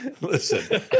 Listen